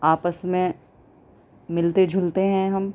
آپس میں ملتے جلتے ہیں ہم